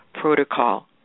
protocol